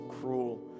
cruel